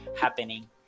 happening